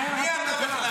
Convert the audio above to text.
מי אתה בכלל?